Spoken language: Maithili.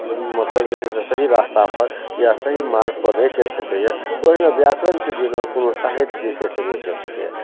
मतलब जे छै से सही रास्ता पर या सही मार्ग पर नै चैल सकैए ओहिना व्याकरणके बिना कोनो साहित्य जे छै से नै चैल सकैए